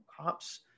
cops